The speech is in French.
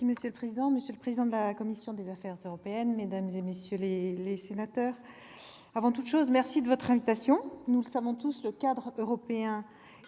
Monsieur le président, monsieur le président de la commission des affaires européennes, mesdames, messieurs les sénateurs, je vous remercie tout d'abord de votre invitation. Nous le savons tous : le cadre européen est